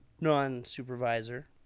non-supervisor